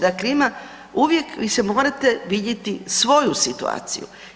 Dakle, ima, uvijek vi se morate vidjeti svoju situaciju.